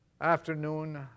Afternoon